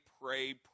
pray